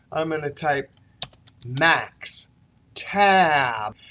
i'm going to type max tab.